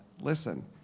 listen